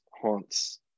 haunts